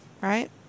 right